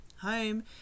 home